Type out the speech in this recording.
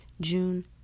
June